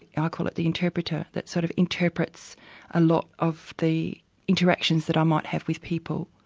i ah call it the interpreter that sort of interprets a lot of the interactions that i might have with people.